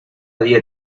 día